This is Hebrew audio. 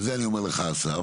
וזה אני אומר לך אסף,